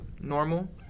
Normal